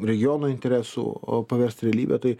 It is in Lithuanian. regiono interesų paversti realybe tai